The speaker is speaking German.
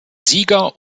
sieger